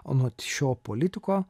anot šio politiko